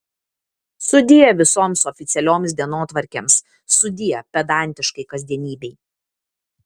sudie visoms oficialioms dienotvarkėms sudie pedantiškai kasdienybei